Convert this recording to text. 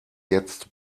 jetzt